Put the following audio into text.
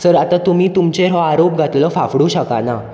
sir आतां तुमी तुमचेर हो आरोप घातिल्लो फाफडूंक शकना